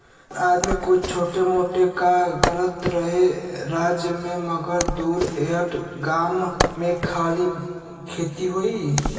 हर आदमी कुछ छोट मोट कां त करते रहे राज्य मे मगर दूर खएत गाम मे खाली खेती होए